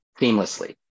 seamlessly